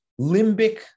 limbic